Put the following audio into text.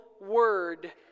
word